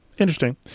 interesting